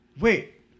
wait